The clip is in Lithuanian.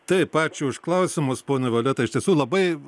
taip ačiū už klausimus ponia violeta iš tiesų labai